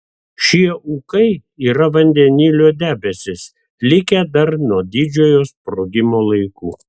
šie ūkai yra vandenilio debesys likę dar nuo didžiojo sprogimo laikų